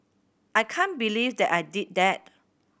I can't believe that I did that